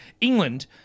England